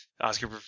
Oscar